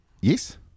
yes